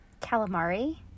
calamari